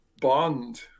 bond